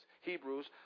Hebrews